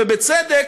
ובצדק,